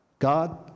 God